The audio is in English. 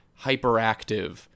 hyperactive